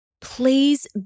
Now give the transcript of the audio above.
please